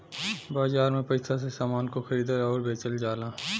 बाजार में पइसा से समान को खरीदल आउर बेचल जाला